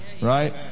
right